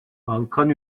balkan